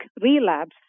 relapse